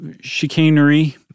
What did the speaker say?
chicanery